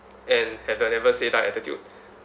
and have the never say die attitude